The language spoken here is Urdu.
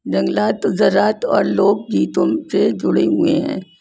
جنگلات زراعت اور لوک گیتوں سے جڑے ہوئے ہیں